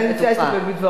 אני מציעה להסתפק בדברי.